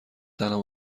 تنها